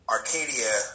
Arcadia